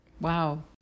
Wow